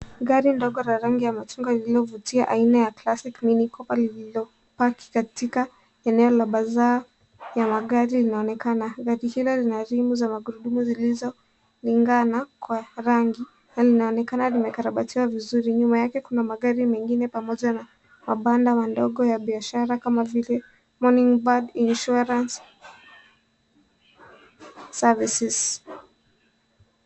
Gari ndogo la rangi ya machungwa lililovutia aina ya Classic Mini Cooper lililopaki katika eneo la bazaar ya magari inaonekana. Gari hilo lina rimu ya magurudumu zilizolingana kwa rangi na linaonekana limekarabatiwa vizuri. Nyuma yake kuna magari mengine pamoja na mabanda madogo ya biashara kama vile Morning Bird Insurance Serices .